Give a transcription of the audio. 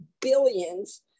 billions